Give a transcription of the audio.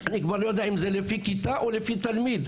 אני כבר לא יודע אם לפי כיתה או לפי תלמיד.